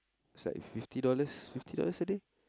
it's like fifty dollars fifty dollars a day